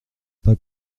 pas